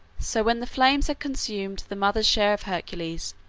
so when the flames had consumed the mother's share of hercules,